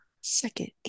second